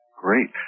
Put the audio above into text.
Great